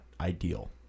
ideal